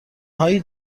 هایی